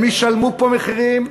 הם ישלמו פה מחירים,